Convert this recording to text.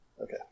okay